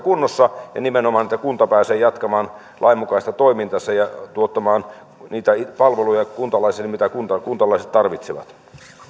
kunnossa ja nimenomaan niin että kunta pääsee jatkamaan lainmukaista toimintaansa ja tuottamaan niitä palveluja kuntalaisille mitä kuntalaiset tarvitsevat